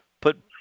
put